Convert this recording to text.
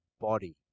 body